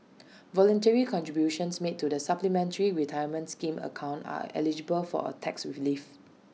voluntary contributions made to the supplementary retirement scheme account are eligible for A tax relief